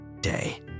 day